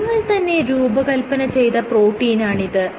നിങ്ങൾ തന്നെ രൂപകൽപ്പന ചെയ്ത പ്രോട്ടീനാണിത്